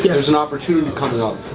yeah there's an opportunity coming up.